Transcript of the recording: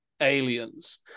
aliens